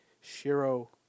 Shiro